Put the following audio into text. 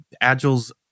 Agile's